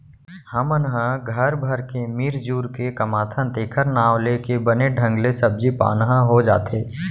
हमन ह घर भर के मिरजुर के कमाथन तेखर नांव लेके बने ढंग ले सब्जी पान ह हो जाथे